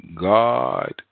God